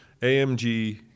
AMG